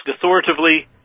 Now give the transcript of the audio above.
authoritatively